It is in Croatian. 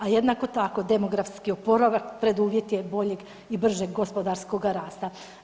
A jednako tako demografski oporavak preduvjet je boljeg i bržeg gospodarskog rasta.